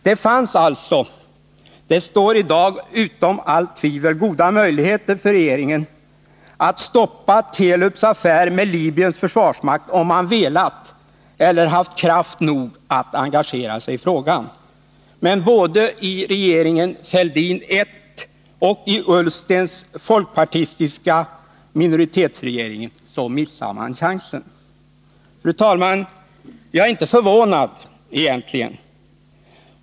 Det fanns alltså, det står i dag utom allt tvivel, goda möjligheter för regeringen att stoppa Telubs affär med Libyens försvarsmakt om man velat eller haft kraft nog att engagera sig i frågan. Men både i regeringen Fälldin I och Ullstens folkpartistiska minoritetsregering missade man chansen. Fru talman! Jag är inte förvånad, egentligen.